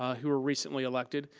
ah who were recently elected,